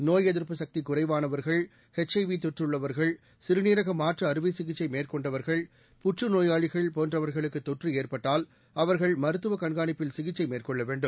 நோய் எதிர்ப்பு சக்தி குறைவானவர்கள் எச் ஐ வி தொற்றுள்ளவர்கள் சிறுநீரக மாற்று அறுவை சிகிச்சை மேற்கொண்டவர்கள் புற்றுநோயாளிகள் போன்றவர்களுக்குத் தொற்று ஏற்பட்டால் அவர்கள் மருத்துவ கண்காணிப்பில் சிகிச்சை மேற்கொள்ள வேண்டும்